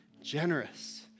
Generous